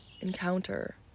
encounter